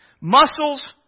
Muscles